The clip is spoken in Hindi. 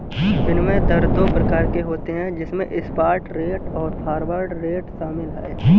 विनिमय दर दो प्रकार के होते है जिसमे स्पॉट रेट और फॉरवर्ड रेट शामिल है